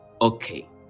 Okay